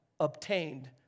obtained